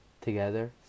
together